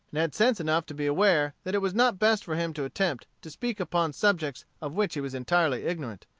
and had sense enough to be aware that it was not best for him to attempt to speak upon subjects of which he was entirely ignorant.